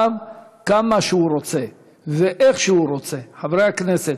השר, חברי חברי הכנסת,